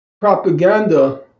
propaganda